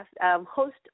host